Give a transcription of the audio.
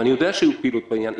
ואני יודע שהייתה פעילות בעניין.